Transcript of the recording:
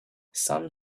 some